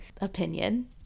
opinion